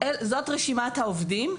זאת רשימת העובדים,